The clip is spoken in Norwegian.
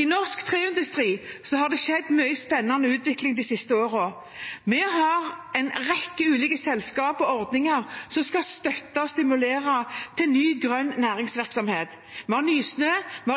I norsk treindustri har det skjedd mye spennende utvikling de siste årene. Vi har en rekke ulike selskaper og ordninger som skal støtte og stimulere til ny, grønn næringsvirksomhet. Vi har Nysnø,